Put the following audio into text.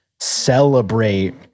celebrate